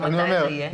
מתי זה יהיה?